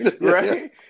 right